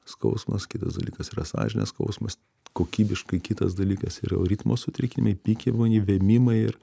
skausmas kitas dalykas yra sąžinės skausmas kokybiškai kitas dalykas yra jau ritmo sutrikimai pykinimai vėmimai ir